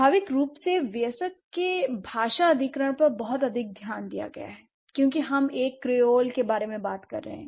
स्वाभाविक रूप से वयस्क के भाषा अधिग्रहण पर बहुत अधिक ध्यान दिया गया है क्योंकि हम एक क्रेओल के बारे में बात कर रहे हैं